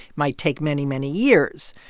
might take many, many years.